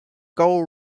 gold